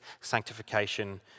sanctification